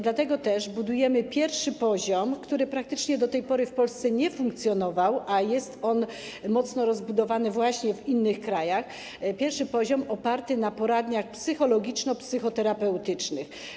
Dlatego też budujemy pierwszy poziom, który praktycznie do tej pory w Polsce nie funkcjonował, a jest on mocno rozbudowany w innych krajach, oparty na poradniach psychologiczno-psychoterapeutycznych.